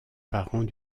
parents